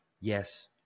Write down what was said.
Yes